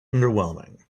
underwhelming